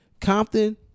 Compton